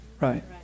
right